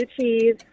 cheese